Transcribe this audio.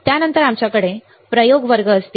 त्यानंतर आमच्याकडे प्रयोग वर्ग असतील